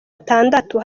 atandatu